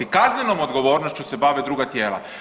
Kaznenom odgovornošću se bave druga tijela.